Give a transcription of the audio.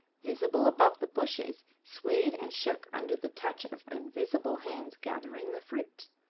visible above the bushes, swayed and shook under the touch of invisible hands gathering the fruit.